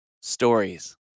stories